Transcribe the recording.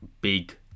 big